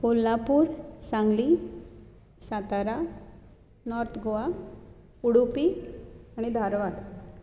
Kolhapur Sangli Satara north Goa Udupi आनी धारवाड